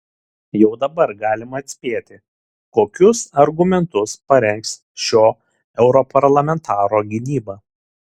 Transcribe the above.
jau dabar galima atspėti kokius argumentus parengs šio europarlamentaro gynyba